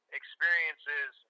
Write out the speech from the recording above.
experiences